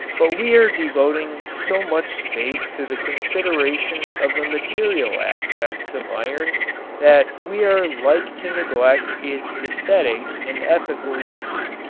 but we are devoting so much space to the consideration of the material aspects of iron that we are like to neglect its esthetic and ethical uses.